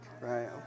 right